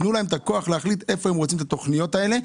תנו להם את הכוח להחליט איפה הם רוצים את התוכניות האלה,